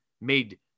made